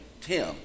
Tim